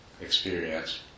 experience